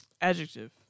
Adjective